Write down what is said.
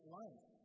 life